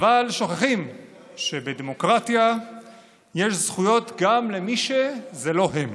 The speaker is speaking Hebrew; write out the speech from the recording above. אבל שוכחים שבדמוקרטיה יש זכויות גם למי שזה לא הם.